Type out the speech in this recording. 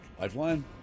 Lifeline